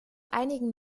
einigen